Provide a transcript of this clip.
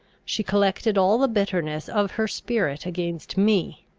she collected all the bitterness of her spirit against me.